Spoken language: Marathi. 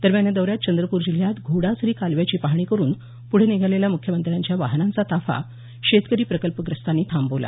दरम्यान या दौऱ्यात चंद्रपूर जिल्ह्यात घोडाझरी कालव्याची पाहणी करून पुढे निघालेला मुख्यमंत्र्यांच्या वाहनांचा ताफा शेतकरी प्रकल्पग्रस्तांनी थांबवला